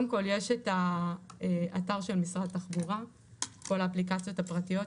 יש את האתר של משרד התחבורה עם כל האפליקציות הפרטיות,